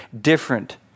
different